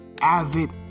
avid